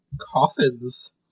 coffins